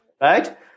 Right